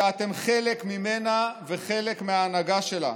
שאתם חלק ממנה וחלק מההנהגה שלה.